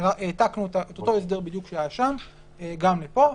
העתקנו את אותו הסדר בדיוק שהיה שם גם לפה.